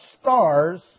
stars